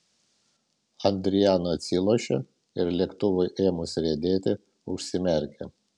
adriana atsilošė ir lėktuvui ėmus riedėti užsimerkė